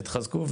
תחזקו,